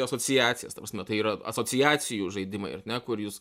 asociacijas ta prasme tai yra asociacijų žaidimai ar ne kur jūs